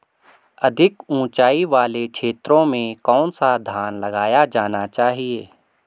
अधिक उँचाई वाले क्षेत्रों में कौन सा धान लगाया जाना चाहिए?